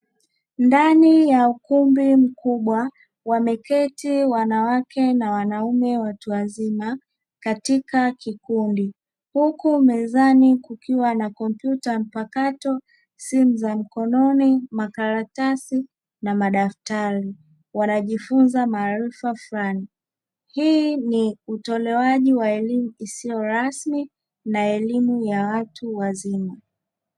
Ndani ya ukumbi mkubwa wameketi wanawake na wanaume watu wazima katika kikundi, huku mezani kukiwa na: kompyuta mpakato, simu za mkononi, makaratasi na madaftari; wanajifunza maarifa flani. Hii ni utolewaji wa elimu isiyo rasmi na elimu ya watu wazima.